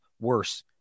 worse